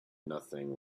nothing